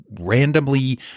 randomly